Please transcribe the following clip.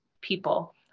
people